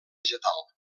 vegetal